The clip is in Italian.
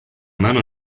mano